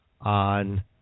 on